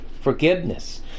forgiveness